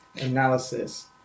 analysis